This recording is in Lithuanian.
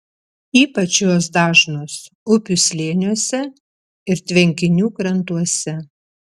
ypač jos dažnos upių slėniuose ir tvenkinių krantuose